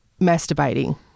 masturbating